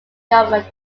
government